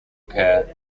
care